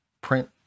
print